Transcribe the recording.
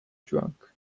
drunk